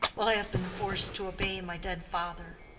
well, i have been forced to obey my dead father.